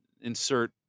insert